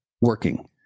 working